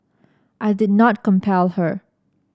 I did not compel her